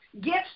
Gifts